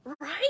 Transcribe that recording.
Right